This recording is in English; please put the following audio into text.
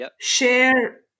share